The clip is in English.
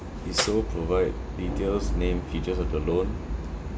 if so provide details name features of the loan